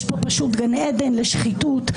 יש פה פשוט גן עדן לשחיתות.